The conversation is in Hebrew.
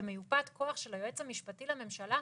כמיופת כוח של היועץ המשפטי לממשלה,